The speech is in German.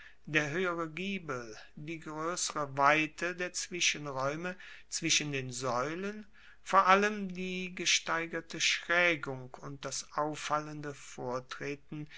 der hoehere giebel die groessere weite der zwischenraeume zwischen den saeulen vor allem die gesteigerte schraegung und das auffallende vortreten